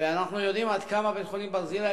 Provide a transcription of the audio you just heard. ואנחנו יודעים עד כמה בית-החולים "ברזילי"